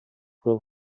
will